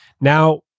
Now